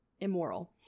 immoral